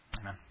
Amen